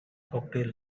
cocktail